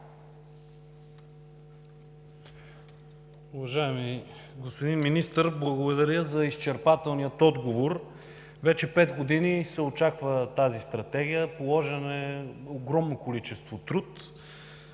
Уважаеми господин Министър, благодаря за изчерпателния отговор. Вече 5 години се очаква тази Стратегия. Положено е огромно количество труд.